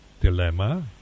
dilemma